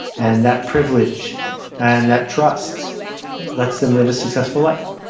and that privilege and that trust lets them live a successful life.